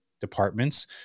departments